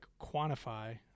quantify